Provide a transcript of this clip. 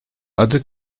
adı